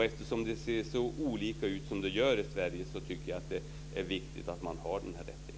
Eftersom det ser så olika ut som det gör i Sverige tycker jag att det är viktigt att man har den här rättigheten.